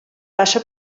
passa